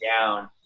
down